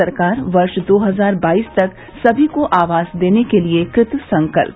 सरकार वर्ष दो हजार बाईस तक सभी को आवास देने के लिए कृतसंकल्प